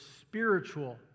spiritual